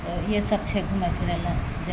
ई सब छै घूमय फिरय लए